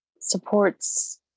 supports